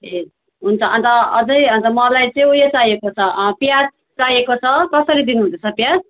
ए हुन्छ अन्त अझै अन्त मलाई त्यो उयो चाहिएको छ प्याज चाहिएको छ कसरी दिनुहुँदैछ प्याज